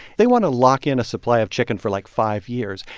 they want to lock in a supply of chicken for like five years,